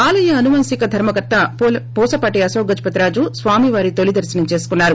ఆలయ అనువంశిక ధర్మ కర్త పూసపాటి ్అశోక్ గజపతి రాజు స్వామివారి తోలి దర్శనం చేసుకొన్నారు